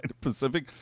pacific